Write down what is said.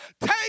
take